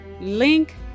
link